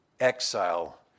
Exile